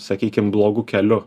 sakykim blogu keliu